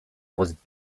was